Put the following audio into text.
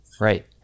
Right